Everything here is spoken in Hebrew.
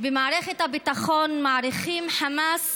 "במערכת הביטחון מעריכים: חמאס